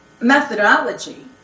methodology